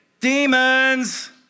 Demons